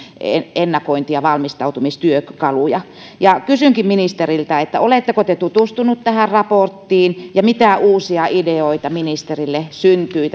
ennakointi ja valmistautumistyökaluja kysynkin ministeriltä oletteko te tutustunut tähän raporttiin ja mitä uusia ideoita ministerille syntyi